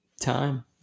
time